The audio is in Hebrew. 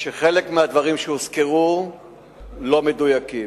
שחלק מהדברים שהוזכרו לא מדויקים.